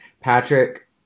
Patrick